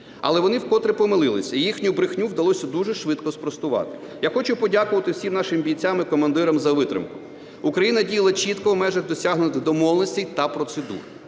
Але вони вкотре помилилися, їхню брехню вдалося дуже швидко спростувати. Я хочу подякувати всім нашим бійцям і командирам за витримку. Україна діяла чітко в межах досягнутих домовленостей та процедур.